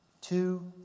two